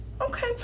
Okay